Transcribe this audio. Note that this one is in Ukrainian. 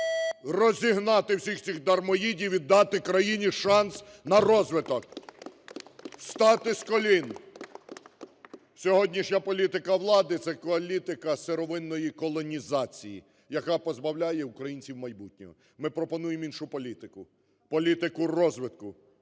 розігнати всіх цих дармоїдів і дати країні шанс на розвиток, встати з колін. Сьогоднішня політика влади – це політика сировинної колонізації, яка позбавляє українців майбутнього. Ми пропонуємо іншу політику – політику розвитку,